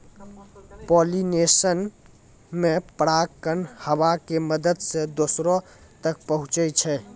pollination मे परागकण हवा के मदत से दोसरो तक पहुचै छै